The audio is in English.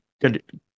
good